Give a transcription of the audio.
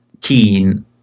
keen